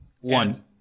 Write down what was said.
One